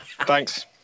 Thanks